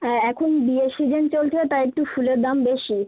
হ্যাঁ এখন বিয়ের সিজন চলছে তাই একটু ফুলের দাম বেশি